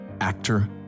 actor